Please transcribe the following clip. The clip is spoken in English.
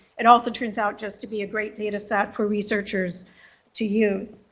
it also turns out just to be a great data set for researchers to use.